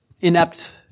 inept